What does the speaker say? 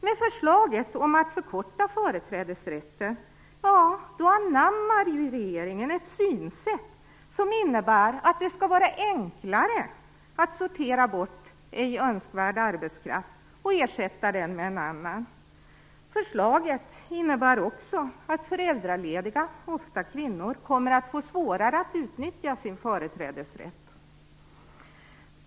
Med förslaget om att förkorta tiden för företrädesrätten anammar regeringen ett synsätt som innebär att det skall vara enklare att sortera bort ej önskvärd arbetskraft och ersätta den med en annan. Förslaget innebär också att föräldralediga, ofta kvinnor, kommer att få svårare att utnyttja sin företrädesrätt.